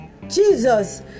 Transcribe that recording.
Jesus